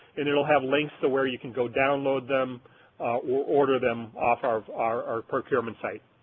and it will have links to where you can go download them or order them off our our procurement site.